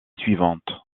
suivante